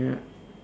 ya